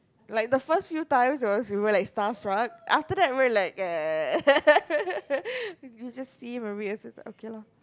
like the first few times it was we were like starstruck after that we were like ya we just see him every year okay loh